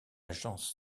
gens